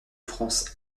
france